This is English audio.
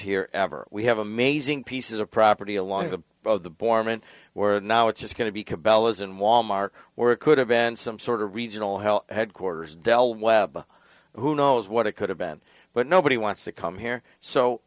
here ever we have amazing pieces of property along to the borman where now it's just going to be cabello isn't wal mart or it could have been some sort of regional health headquarters del webb who knows what it could have been but nobody wants to come here so